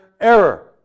error